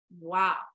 wow